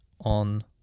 on